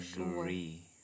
agree